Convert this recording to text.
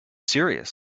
serious